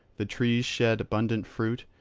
the trees shed abundant fruit,